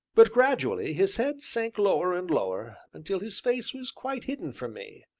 but gradually his head sank lower and lower, until his face was quite hidden from me,